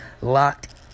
locked